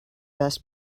best